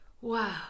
wow